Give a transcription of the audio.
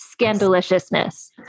scandaliciousness